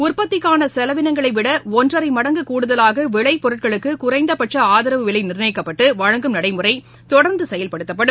உற்பத்திக்கான செலவினங்களைவிட ஒன்றரை மடங்கு கூடுதலாக விளைப்பொருட்களுக்கு குறைந்தபட்ச ஆதரவு விலை நிர்ணயிக்கப்பட்டு வழங்கும் நடைமுறை தொடர்ந்து செயல்படுத்தப்படும்